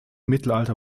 mittelalter